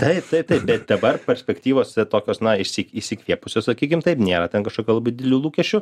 taip taip taip bet dabar perspektyvos tokios na išsi išsikvėpusios sakykim taip nėra ten kažkokio labai didelių lūkesčių